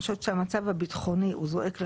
אני חושבת שהמצב הביטחוני זועק לשמיים,